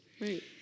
Right